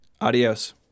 Adios